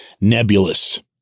nebulous